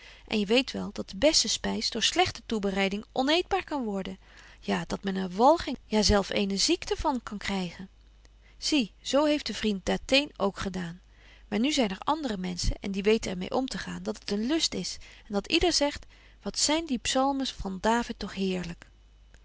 kunnen enje weet wel dat de beste spys door slegte toebereiding onëetbaar kan worden ja dat men er walging ja zelf eene ziekte van kan krygen zie zo heeft de vriend datheen ook gedaan maar nu zyn er andere menschen en die weten er meê omtegaan dat het een lust is en dat yder zegt wat zyn die psalmen van david toch heerlyk